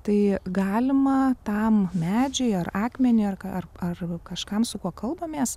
tai galima tam medžiui ar akmeniui ar ką ar kažkam su kuo kalbamės